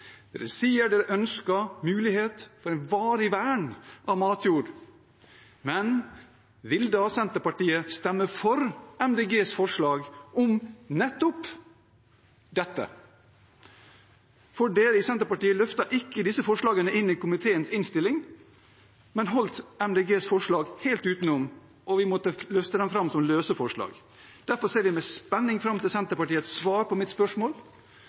sier at de ønsker mulighet for et varig vern av matjord. Men vil da Senterpartiet stemme for Miljøpartiet De Grønnes forslag om nettopp dette? Senterpartiet løftet ikke disse forslagene inn i komiteens innstilling, men holdt Miljøpartiet De Grønnes forslag helt utenom, og vi måtte løfte dem fram som løse forslag. Derfor ser vi med spenning fram til Senterpartiets svar på mitt spørsmål